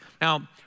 Now